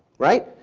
right.